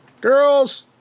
Girls